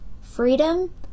freedom